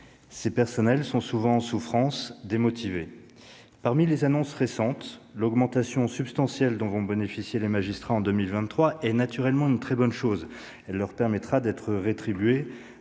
ses personnels sont souvent en souffrance et démotivés. Parmi les annonces récentes, l'augmentation de traitement substantielle dont vont bénéficier les magistrats en 2023 est naturellement une très bonne chose. Elle leur permettra d'être rétribués,